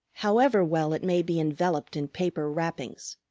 however well it may be enveloped in paper wrappings.